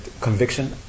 conviction